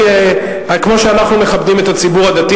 כמו שאנחנו מכבדים את הציבור הדתי,